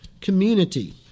community